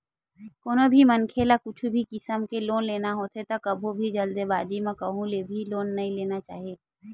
कोनो भी मनखे ल कुछु भी किसम के लोन लेना होथे त कभू भी जल्दीबाजी म कहूँ ले भी लोन नइ ले लेना चाही